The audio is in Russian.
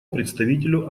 представителю